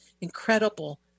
incredible